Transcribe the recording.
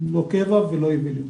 לא קבע ולא יבילים.